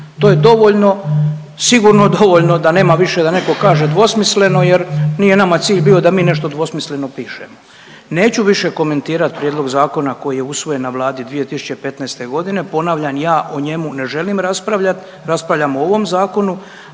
To je dovoljno, sigurno dovoljno da nema više da neko kaže dvosmisleno jer nije nama cilj bio da mi nešto dvosmisleno pišemo. Neću više komentirat prijedlog zakona koji je usvojen na vladi 2015. godine, ponavljam ja o njemu ne želim raspravljati, raspravljamo o ovom zakonu,